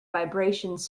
vibrations